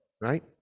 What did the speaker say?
right